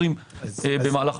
20' במהלך בדיקה.